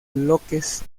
bloques